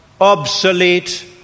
obsolete